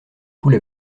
poules